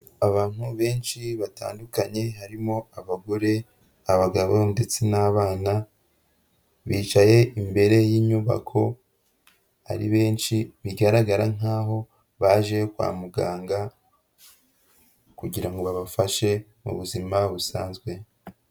Abantu benshi batandukanye harimo abagore, abagabo ndetse n'abana, bicaye imbere y'inyubako ari benshi, bigaragara nkaho baje kwa muganga kugira ngo babafashe mu buzima busanzwe.